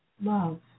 love